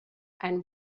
ein